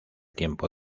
tiempo